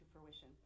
fruition